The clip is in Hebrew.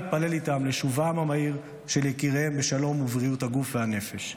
להתפלל איתן לשובם המהיר של יקיריהן בשלום ובריאות הגוף והנפש.